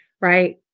right